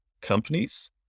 companies